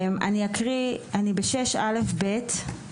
אני ב-6א(ב).